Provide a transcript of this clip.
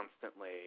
constantly